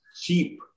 cheap